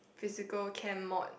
physical chem mod